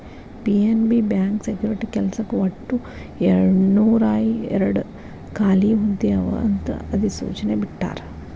PNB bank security ಕೆಲ್ಸಕ್ಕ ಒಟ್ಟು ಎರಡನೂರಾಯೇರಡ್ ಖಾಲಿ ಹುದ್ದೆ ಅವ ಅಂತ ಅಧಿಸೂಚನೆ ಬಿಟ್ಟಾರ